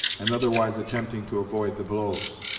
and otherwise attempting to avoid the blows.